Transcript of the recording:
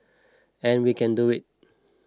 and we can do it